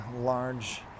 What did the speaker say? large